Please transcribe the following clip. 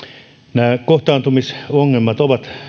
nämä kohtaantumisongelmat ovat